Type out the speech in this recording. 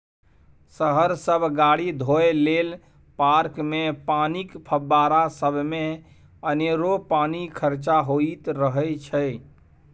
शहर सब गाड़ी धोए लेल, पार्कमे पानिक फब्बारा सबमे अनेरो पानि खरचा होइत रहय छै